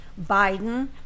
Biden